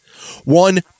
one